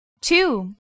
Two